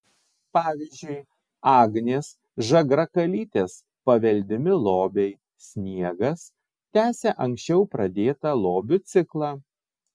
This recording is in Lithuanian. pavyzdžiui agnės žagrakalytės paveldimi lobiai sniegas tęsia anksčiau pradėtą lobių ciklą